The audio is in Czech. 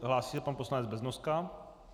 Hlásí se pan poslanec Beznoska.